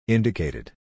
Indicated